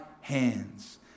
hands